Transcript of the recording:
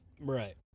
Right